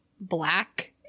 black